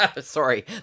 sorry